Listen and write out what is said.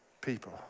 people